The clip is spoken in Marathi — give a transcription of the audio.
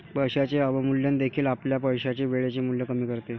पैशाचे अवमूल्यन देखील आपल्या पैशाचे वेळेचे मूल्य कमी करते